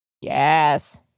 Yes